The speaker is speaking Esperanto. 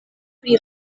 pri